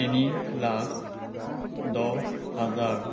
তিনি লাখ দহ হাজাৰ